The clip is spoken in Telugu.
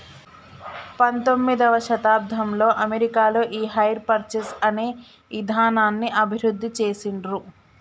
పంతొమ్మిదవ శతాబ్దంలో అమెరికాలో ఈ హైర్ పర్చేస్ అనే ఇదానాన్ని అభివృద్ధి చేసిండ్రు